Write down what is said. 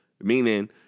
meaning